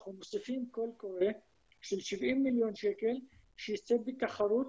אנחנו מוציאים קול קורא של 70 מיליון שקל שייצא בתחרות,